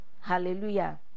Hallelujah